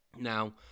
now